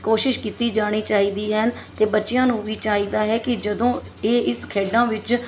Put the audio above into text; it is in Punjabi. ਕੋਸ਼ਿਸ਼ ਕੀਤੀ ਜਾਣੀ ਚਾਹੀਦੀ ਹੈ ਅਤੇ ਬੱਚਿਆਂ ਨੂੰ ਵੀ ਚਾਹੀਦਾ ਹੈ ਕਿ ਜਦੋਂ ਇਹ ਇਸ ਖੇਡਾਂ ਵਿੱਚ